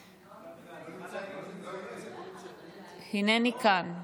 חברי הכנסת בנימין גנץ, גדעון סער,